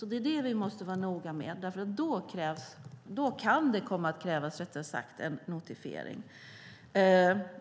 Det är det vi måste vara noga med, för i så fall kan det komma att krävas en notifiering.